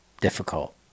difficult